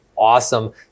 awesome